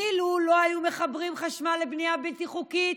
אילו לא היו מחברים חשמל לבנייה בלתי חוקית,